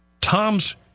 Tom's